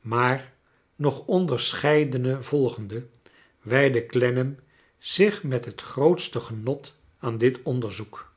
maar nog onderscheidene volgende wijd de clennam zich met het grootste genot aan dit onderzoek